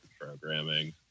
programming